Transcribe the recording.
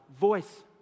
voice